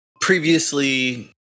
Previously